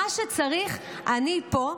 מה שצריך, אני פה.